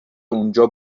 اونجا